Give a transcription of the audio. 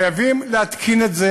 חייבים להתקין את זה.